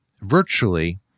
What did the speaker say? virtually